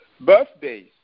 birthdays